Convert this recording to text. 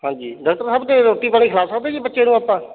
ਹਾਂਜੀ ਡਾਕਟਰ ਸਾਹਿਬ ਅਤੇ ਰੋਟੀ ਪਾਣੀ ਖਲਾਅ ਸਕਦੇ ਜੀ ਬੱਚੇ ਨੂੰ ਆਪਾਂ